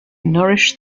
nourish